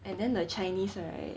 and then the chinese right